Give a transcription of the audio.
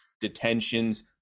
detentions